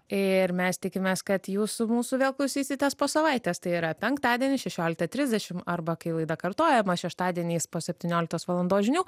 ir mes tikimės kad jūsų mūsų vėl klausysitės po savaitės tai yra penktadienį šešioliktą trisdešim arba kai laida kartojama šeštadieniais po septynioliktos valandos žinių